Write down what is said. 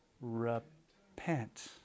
Repent